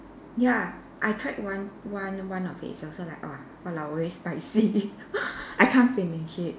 ya I tried one one one of it it's also like oh !walao! very spicy I can't finish it